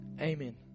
Amen